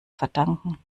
verdanken